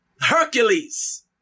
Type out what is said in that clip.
Hercules